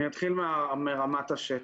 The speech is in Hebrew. אני אתחיל מרמת השטח.